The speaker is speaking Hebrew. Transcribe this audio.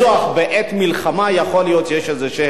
בעת מלחמה יכול להיות שיש איזה אולי,